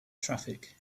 traffic